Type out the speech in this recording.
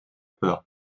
peur